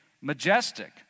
majestic